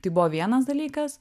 tai buvo vienas dalykas